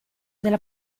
della